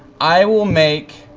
i will make,